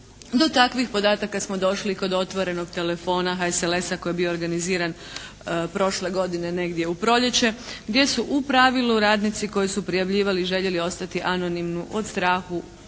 Do takvih podataka smo došli kod otvorenog telefona HSLS-a koji je bio organiziran prošle godine negdje u proljeće, gdje su u pravilu radnici koji su prijavljivali i željeli ostati anonimni zbog straha